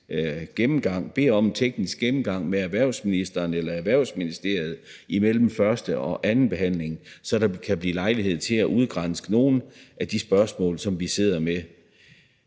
beder om en teknisk gennemgang med erhvervsministeren eller Erhvervsministeriet imellem første og anden behandling, så der kan blive lejlighed til at granske nogle af de spørgsmål, som vi sidder med.